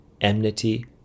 enmity